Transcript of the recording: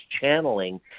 channeling